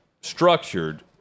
structured